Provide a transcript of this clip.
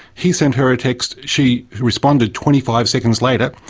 he sent her a text, she responded twenty five seconds later,